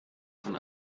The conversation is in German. von